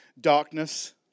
darkness